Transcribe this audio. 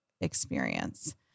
experience